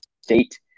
State